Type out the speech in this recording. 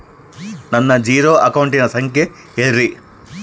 ನನ್ನ ಜೇರೊ ಅಕೌಂಟಿನ ಸಂಖ್ಯೆ ಹೇಳ್ರಿ?